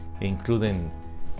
including